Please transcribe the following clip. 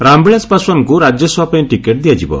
ରାମବିଳାସ ପାଶ୍ୱାନଙ୍କୁ ରାଜ୍ୟସଭା ପାଇଁ ଟିକେଟ୍ ଦିଆଯିବ